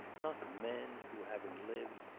not men, who, having lived,